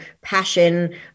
passion